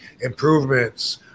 improvements